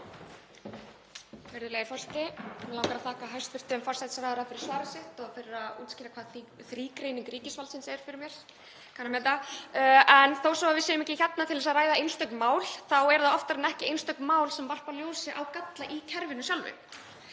þá eru það oftar en ekki einstök mál sem varpa ljósi á galla í kerfinu sjálfu.